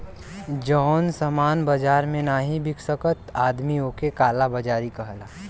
जौन सामान बाजार मे नाही बिक सकत आदमी ओक काला बाजारी कहला